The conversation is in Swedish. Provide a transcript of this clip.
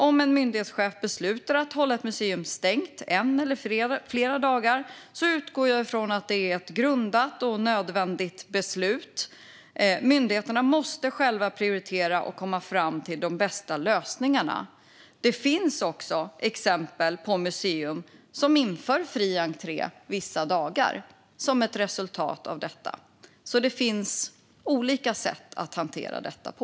Om en myndighetschef beslutar att hålla ett museum stängt en eller flera dagar utgår jag från att det är ett välgrundat och nödvändigt beslut. Myndigheterna måste själva prioritera och komma fram till de bästa lösningarna. Det finns även exempel på museer som inför fri entré vissa dagar som ett resultat av detta. Det finns alltså olika sätt att hantera detta på.